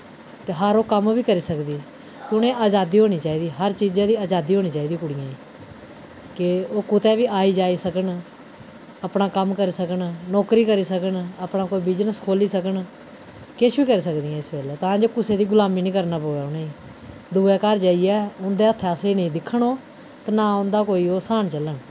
ते हर ओह् कम्म बी करी सकदी उ'नें अजादी होनी चाहिदी हर चीजें दी अजादी होनी चाहिदी कुड़ियें के ओह् कुतै बी आई जाई सकन अपना कम्म करि सकन नौकरी करि सकन अपना कोई बिजनस खोली सकन किश बी करी सकदियां इस वेल्लै तां जे कुसै दी गुलामी नि करने पवै उ'नें दुए घर जाइयै उं'दे हत्थें असें निं दिक्खन ओ ते ना उं'दा कोई ओह् ऐह्सान झल्लन